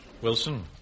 Wilson